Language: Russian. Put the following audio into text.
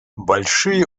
большие